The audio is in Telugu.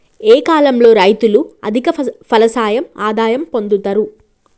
ఏ కాలం లో రైతులు అధిక ఫలసాయం ఆదాయం పొందుతరు?